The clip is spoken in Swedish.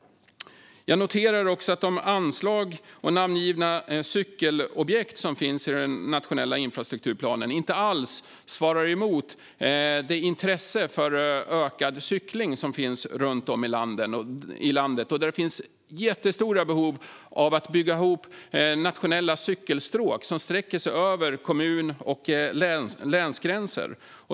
Jag noterar att de anslag och namngivna cykelobjekt som finns i den nationella infrastrukturplanen inte alls svarar mot det ökade intresse för cykling som finns runt om i landet. Det finns jättestora behov av att bygga ihop nationella cykelstråk som sträcker sig över kommun och länsgränser.